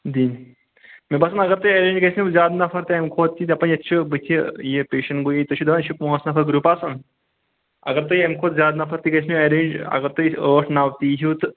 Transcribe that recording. دِنۍ مےٚ باسان اگر تۄہہِ ارینج گَژھو زیادٕ نفر تمہِ کھۄتہٕ تہ دپان یتٛتہِ چھِ بٕتھِ یہِ پیشن گویی تُہۍ چھ دپان یہِ چھُ پانژھ سَتھ نَفر گروٗپ آسان اگر تۄہہِ ییٚمہِ کھۄتہٕ زیادٕ نفر تہِ گَژھنو ارینج اگر تُہۍ ٲٹھ نَو تہِ یی ہو تہٕ